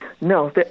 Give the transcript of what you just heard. No